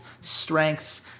strengths